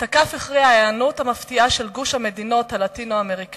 את הכף הכריעה ההיענות המפתיעה של גוש המדינות הלטינו-אמריקניות.